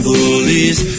Bullies